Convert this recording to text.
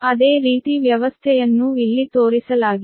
ಅದೇ ರೀತಿ ವ್ಯವಸ್ಥೆಯನ್ನೂ ಇಲ್ಲಿ ತೋರಿಸಲಾಗಿದೆ